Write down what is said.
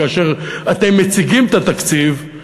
כאשר אתם מציגים את התקציב,